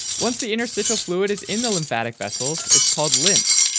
once the interstitial fluid is in the lymphatic vessels, it's called lymph.